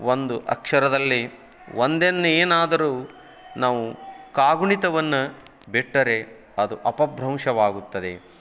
ಒಂದು ಅಕ್ಷರದಲ್ಲಿ ಒಂದನ್ನೇನಾದರು ನಾವು ಕಾಗುಣಿತವನ್ನು ಬಿಟ್ಟರೆ ಅದು ಅಪಭ್ರಂಶವಾಗುತ್ತದೆ